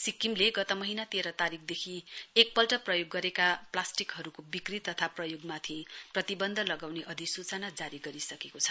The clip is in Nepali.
सिक्किमले गत महीना तेह्र तारीकदेखि एकपल्ट प्रयोग गरेका प्लास्टिकहरुको विक्री तथा प्रयोगमाथि प्रतिवन्ध लगाउने अधिसुचना जारी गरिसकेको छ